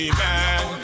man